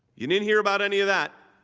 you didn't hear about any of that.